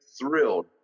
thrilled